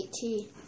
tea